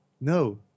no